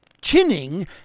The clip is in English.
chinning